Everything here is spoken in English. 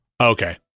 Okay